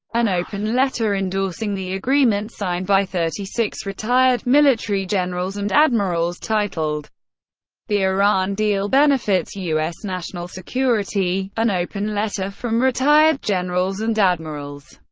an open letter endorsing the agreement signed by thirty six retired military generals and admirals, titled the iran deal benefits u s. national security an open letter from retired generals and admirals,